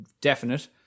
definite